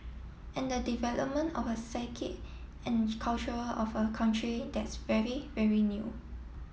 and the development of a psyche and culture of a country that's very very new